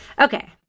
Okay